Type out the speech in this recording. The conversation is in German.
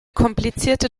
komplizierter